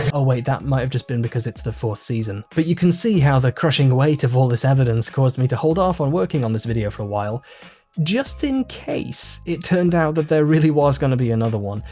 oh, wait, that might have just been because it's the fourth season but you can see how the crushing weight of all this evidence caused me to hold off on working on this video for a while just in case it turned out that there really was going to be another one.